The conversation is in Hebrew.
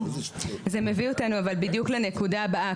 זה מביא אותנו אבל בדיוק לנקודה הבאה.